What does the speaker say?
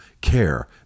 Care